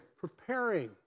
preparing